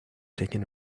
taking